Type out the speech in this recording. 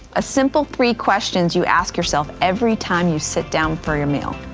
a simple three questions you ask yourself every time you sit down for your meal.